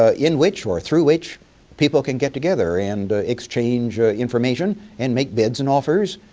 ah in which or through which people can get together and exchange information and make bids and offers,